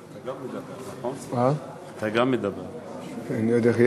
הכנסת, לפני